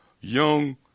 young